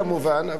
כמובן,